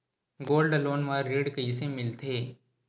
Gold loan म ऋण कइसे मिलथे?